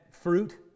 fruit